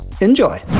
Enjoy